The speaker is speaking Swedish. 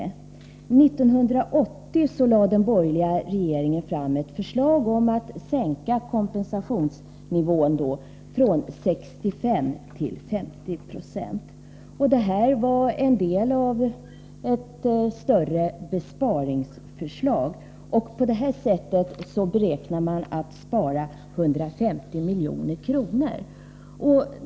1980 lade den borgerliga regeringen fram ett förslag om att sänka kompensationsnivån från 65 till 50 20. Det var en del av ett större besparingsförslag, och på det sättet räknade man med att spara 150 milj.kr.